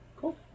Cool